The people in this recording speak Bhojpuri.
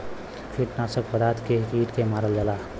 कीटनाशक पदार्थ से के कीट के मारल जाला